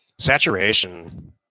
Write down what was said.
Saturation